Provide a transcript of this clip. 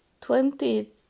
twenty